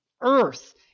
earth